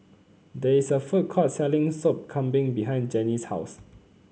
there is a food court selling Sop Kambing behind Janie's house